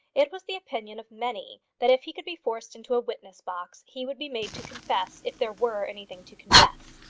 it was the opinion of many that if he could be forced into a witness-box, he would be made to confess if there were anything to confess.